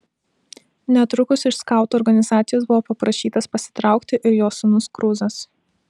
netrukus iš skautų organizacijos buvo paprašytas pasitraukti ir jos sūnus kruzas